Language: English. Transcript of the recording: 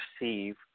receive